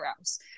else